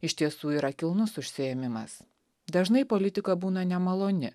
iš tiesų yra kilnus užsiėmimas dažnai politika būna nemaloni